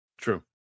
True